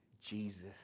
Jesus